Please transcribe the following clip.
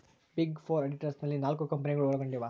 big four auditors ನಲ್ಲಿ ನಾಲ್ಕು ಕಂಪನಿಗಳು ಒಳಗೊಂಡಿವ